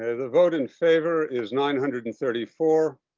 ah the vote in favor is nine hundred and thirty four.